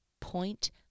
point